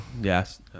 Yes